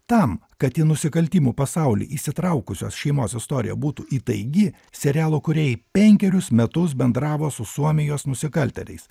tam kad į nusikaltimų pasaulį įsitraukusios šeimos istorija būtų įtaigi serialo kūrėjai penkerius metus bendravo su suomijos nusikaltėliais